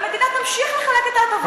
והמדינה תמשיך לחלק את ההטבות,